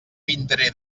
vindré